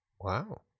Wow